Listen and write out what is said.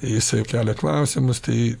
jisai kelia klausimus tai